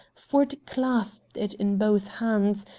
ford clasped it in both hands,